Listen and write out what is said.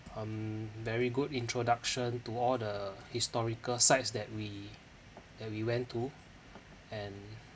um very good introduction to all the historical sites that we that we went to and